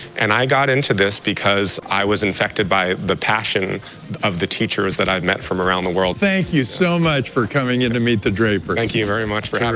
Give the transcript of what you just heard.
and i got into this because i was infected by the passion of the teachers that i met from around the world. thank you so much for coming in to meet the drapers. thank you very much for having